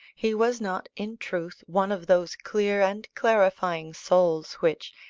he was not, in truth, one of those clear and clarifying souls which,